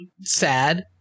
sad